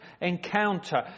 encounter